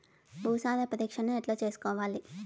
భూసార పరీక్షను ఎట్లా చేసుకోవాలి?